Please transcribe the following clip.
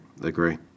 Agree